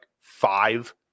five